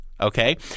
Okay